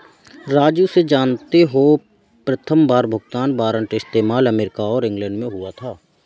राजू से जानते हो प्रथमबार भुगतान वारंट का इस्तेमाल अमेरिका और इंग्लैंड में हुआ था